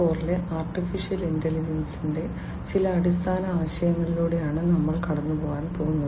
0 ലെ ആർട്ടിഫിഷ്യൽ ഇന്റലിജൻസിന്റെ ചില അടിസ്ഥാന ആശയങ്ങളിലൂടെയാണ് നമ്മൾ കടന്നുപോകാൻ പോകുന്നത്